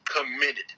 committed